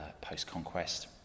post-conquest